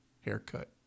haircut